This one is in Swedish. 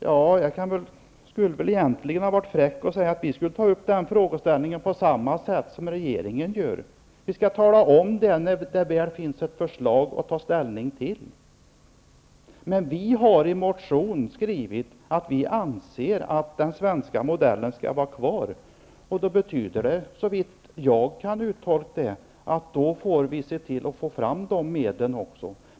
Jag skulle väl egentligen kunna vara fräck och säga att vi skall ta upp denna frågeställning på samma sätt som regeringen gör. Vi skall tala om det när det finns ett förslag att ta ställning till. Men vi har i motionen skrivit att vi anser att den svenska modellen skall vara kvar, och det betyder såvitt jag kan uttolka det att vi också får se till att få fram medlen härför.